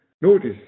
Notice